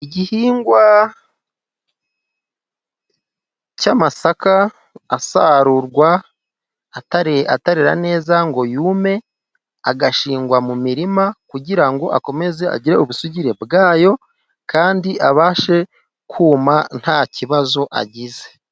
Igihingwa cy'amasaka asarurwa atarera neza ngo yume agashingwa mu mirima kugira ngo akomeze agire ubusugire bwayo kandi abashe kuma ntakibazo agize.